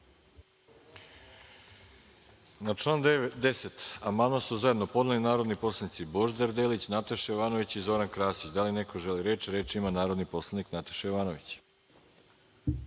Na član 10. amandman su zajedno podneli narodni poslanici Božidar Delić, Nataša Jovanović i Zoran Krasić. Da li neko želi reč? Reč ima narodni poslanik Nataša Jovanović.